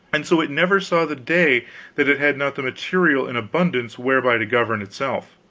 and so it never saw the day that it had not the material in abundance whereby to govern itself.